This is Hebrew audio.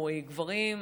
או גברים,